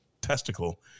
testicle